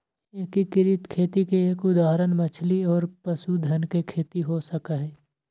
एकीकृत खेती के एक उदाहरण मछली और पशुधन के खेती हो सका हई